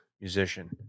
musician